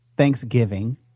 thanksgiving